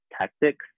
tactics